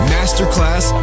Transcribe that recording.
Masterclass